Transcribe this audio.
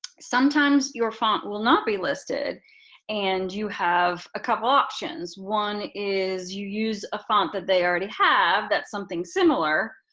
sometimes your font will not be listed and you have a couple of options. one is, you use a font that they already have that's something similar,